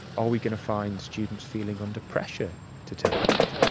are we going to find students feeling under pressure to take it?